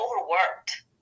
overworked